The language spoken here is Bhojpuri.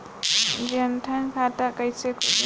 जनधन खाता कइसे खुली?